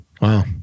Wow